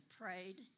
prayed